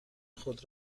خود